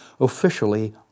officially